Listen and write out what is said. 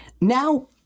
Now